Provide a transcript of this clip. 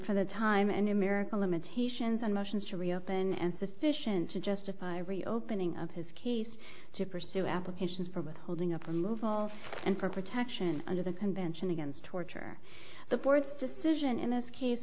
for the time and america limitations on motions to reopen and sufficient to justify reopening of his case to pursue applications for withholding up and move all and for protection under the convention against torture the board's decision in this case